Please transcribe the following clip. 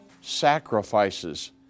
sacrifices